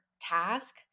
task